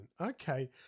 Okay